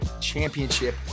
Championship